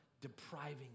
depriving